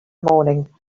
morning